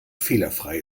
fehlerfrei